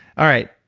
all right.